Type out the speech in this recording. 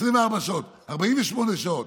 24 שעות, 48 שעות,